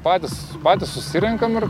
patys patys susirenkam ir